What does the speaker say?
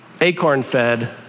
acorn-fed